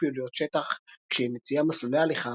פעילויות שטח כשהיא מציעה מסלולי הליכה,